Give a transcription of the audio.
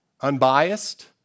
unbiased